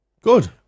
Good